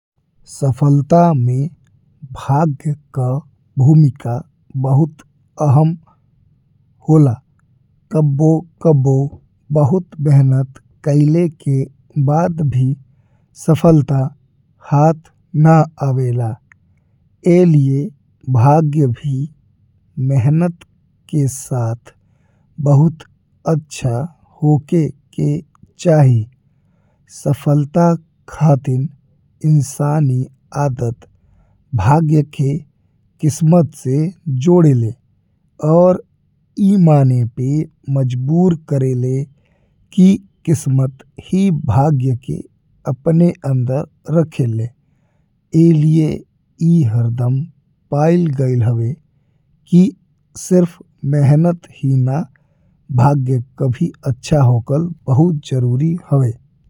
सफलता में भाग्य का भूमिका बहुत अहम होला। कबो-कबो बहुत मेहनत कईले के बाद भी सफलता हाथ ना आवेला, ए लिए भाग्य भी मेहनत के साथ बहुत अच्छा होके के चाही। सफलता खातिर इंसानी आदत भाग्य के किस्मत से जोड़ेले और ई माने पे मजबूर करेल कि किस्मत ही भाग्य के अपने अंदर रखेले। ए लिए ई हरदम पायल गइल हवे कि सिर्फ मेहनत ही ना भाग्य का भी अच्छा होकल बहुत जरूरी हवे।